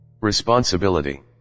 responsibility